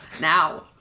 Now